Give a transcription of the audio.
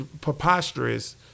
preposterous